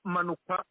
Manuka